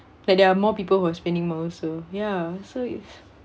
but there are more people who are spending more also ya so it's